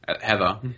Heather